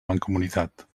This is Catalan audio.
mancomunitat